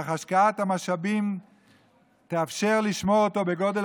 אך השקעת המשאבים תאפשר לשמור אותו בגודל